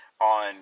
on